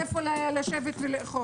אימאן ח'טיב יאסין